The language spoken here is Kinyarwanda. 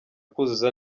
kuzuza